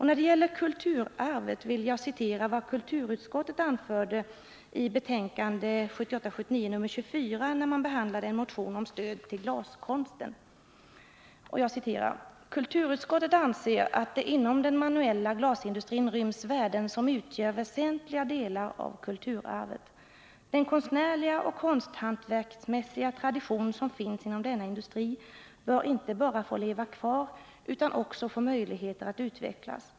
När det gäller kulturarvet vill jag citera vad kulturutskottet anförde i sitt betänkande 1978/79:24 när man behandlade en motion om stöd till glaskonsten: ”Kulturutskottet anser att det inom den manuella glasindustrin ryms värden som utgör väsentliga delar av kulturarvet. Den konstnärliga och konsthantverksmässiga tradition som finns inom denna industri bör inte bara få leva kvar utan också få möjligheter att utvecklas.